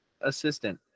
assistant